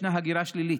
ישנה הגירה שלילית,